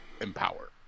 Empower